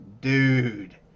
dude